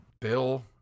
Bill